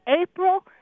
April